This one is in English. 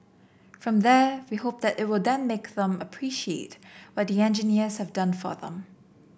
from there we hope that it will then make them appreciate what the engineers have done for them